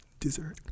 Dessert